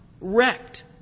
wrecked